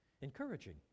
encouraging